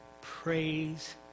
praise